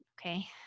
Okay